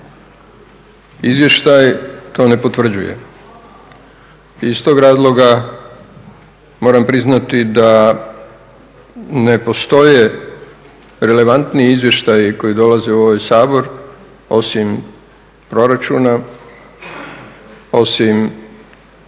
Izvještaj to ne potvrđuje i iz tog razloga moram priznati da ne postoje relevantniji izvještaji koji dolaze u ovaj Sabor osim proračuna, osim